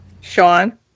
Sean